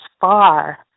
far